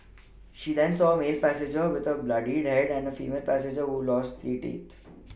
she then saw a male passenger with a bloodied head and a female passenger who lost three teeth